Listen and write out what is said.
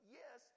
yes